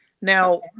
Now